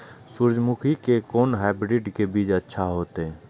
सूर्यमुखी के कोन हाइब्रिड के बीज अच्छा होते?